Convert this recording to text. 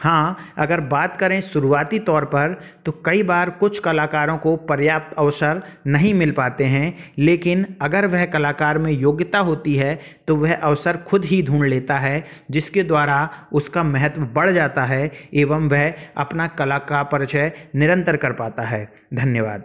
हाँ अगर बात करें शुरुआती तौर पर तो कई बार कुछ कलाकारों को पर्याप्त अवसर नहीं मिल पाते हैं लेकिन अगर वह कलाकार में योग्यता होती है तो वह अवसर खुद ही ढूँढ लेता है जिसके द्वारा उसका महत्व बढ़ जाता है एवं वह अपना कला का परिचय निरंतर कर पाता है धन्यवाद